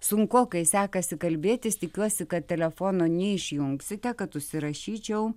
sunkokai sekasi kalbėtis tikiuosi kad telefono neišjungsite kad užsirašyčiau